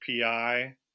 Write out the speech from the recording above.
PI